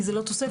כי זה לא תוספת.